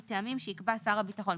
מטעמים שיקבע שר הביטחון.